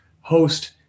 host